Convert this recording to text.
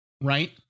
Right